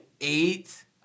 eight